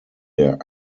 der